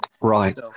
right